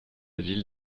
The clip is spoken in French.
ville